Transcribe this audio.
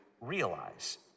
realize